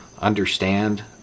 understand